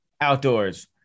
outdoors